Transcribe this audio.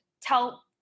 tell